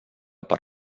per